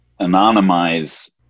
anonymize